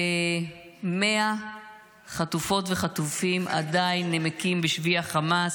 ו-100 חטופות וחטופים עדיין נמקים בשבי החמאס.